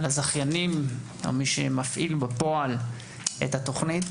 הזכיינים, מי שמפעיל בפועל את התוכנית